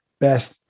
best